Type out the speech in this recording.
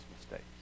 mistakes